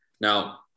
Now